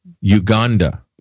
Uganda